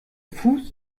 fuß